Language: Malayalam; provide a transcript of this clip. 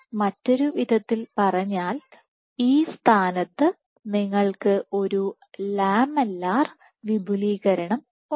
മറ്റൊരു വിധത്തിൽ പറഞ്ഞാൽ ഈ സ്ഥാനത്ത് നിങ്ങൾക്ക് ഒരു ലാമെല്ലാർ വിപുലീകരണം ഉണ്ട്